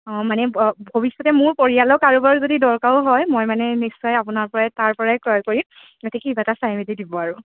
অঁ মানে ভ ভৱিষ্যতে মোৰ পৰিয়ালৰ কাৰোবাৰ যদি দৰকাৰো হয় মই মানে নিশ্চয় আপোনাৰ পৰাই তাৰ পৰাই ক্ৰয় কৰি গতিকে কিবা এটা চাই মেলি দিব আৰু